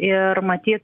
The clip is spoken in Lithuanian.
ir matyt